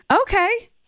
Okay